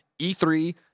E3